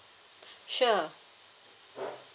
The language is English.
sure